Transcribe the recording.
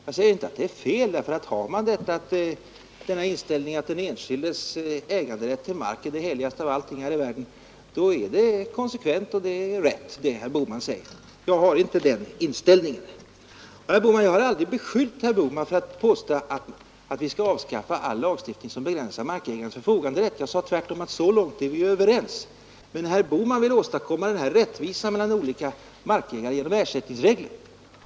Jag säger inte att de är fel — har man den inställningen att den enskildes äganderätt till mark är det heligaste av allt här i världen, är det som herr Bohman säger konsekvent och rätt. Jag har andra värderingar och kommer därför till andra resultat. Jag har aldrig beskyllt herr Bohman för att påstå att vi skall avskaffa all lagstiftning som begränsar markägarnas förfoganderätt. Jag sade tvärtom att så långt som att det måste finnas begränsningar är vi överens. Men herr Bohman vill åstadkomma den här rättvisan mellan olika markägare genom ersättningsregler.